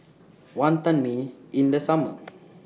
Wantan Mee in The Summer